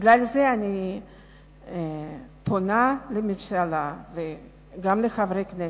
בגלל זה אני פונה לממשלה וגם לחברי הכנסת.